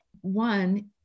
One